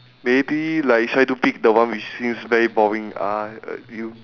maybe like try to pick the one which feels very boring ah you